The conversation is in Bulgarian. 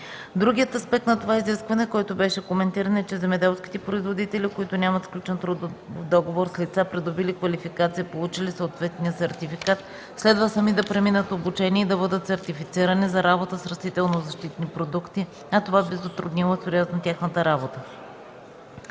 Другият аспект на това изискване, който беше коментиран, е, че земеделските производители, които нямат сключен трудов договор с лица, придобили квалификация и получили съответния сертификат, следва сами да преминат обучение и да бъдат сертифицирани за работа с растителнозащитни продукти, а това би затруднило сериозно тяхната работа.